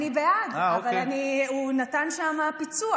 אני בעד, אבל הוא נתן שם פיצוח.